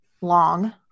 long